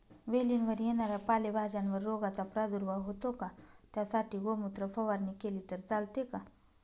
वेलीवर येणाऱ्या पालेभाज्यांवर रोगाचा प्रादुर्भाव होतो का? त्यासाठी गोमूत्र फवारणी केली तर चालते का?